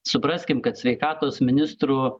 supraskim kad sveikatos ministrų